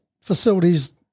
facilities